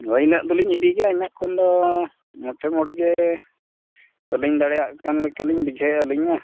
ᱦᱳᱭ ᱤᱱᱟᱹᱜ ᱫᱚᱞᱤᱧ ᱤᱫᱤ ᱜᱮᱭᱟ ᱤᱱᱟᱹᱜ ᱠᱷᱚᱱ ᱫᱚ ᱢᱚᱴᱷᱮ ᱢᱚᱴ ᱜᱮ ᱵᱟᱹᱞᱤᱧ ᱫᱟᱲᱮᱭᱟᱜ ᱠᱟᱱ ᱞᱮᱠᱟᱞᱤᱧ ᱵᱩᱡᱷᱟᱹᱣᱮᱜᱼᱟ ᱟᱹᱞᱤᱧᱢᱟ